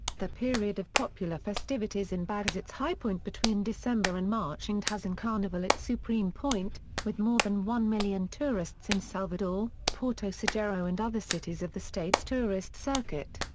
the period of popular festivities in bahia has its high point between december and march and has in carnival its supreme point, with more than one million tourists in salvador, porto seguro and other cities of the state's tourist circuit.